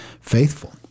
faithful